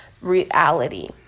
reality